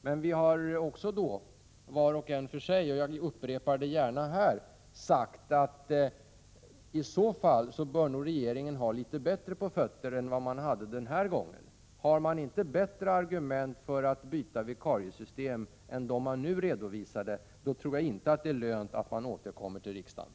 Men vi har också var och en för sig sagt — och jag upprepar det gärna här — att i så fall bör nog regeringen ha litet bättre på fötterna än vad man hade den här gången. Har man inte bättre argument för att byta vikariesystem än dem man nu redovisade, då tror jag inte att det är lönt att man återkommer till riksdagen.